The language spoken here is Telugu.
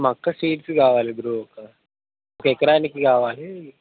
మొక్క సీడ్స్ కావాలి బ్రో ఒక ఎకరానికి కావాలి